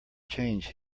change